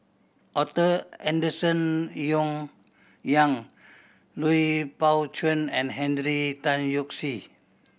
Arthur Henderson Yong Young Lui Pao Chuen and Hundred Tan Yoke See